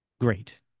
great